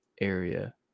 area